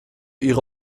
ihre